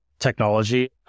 technology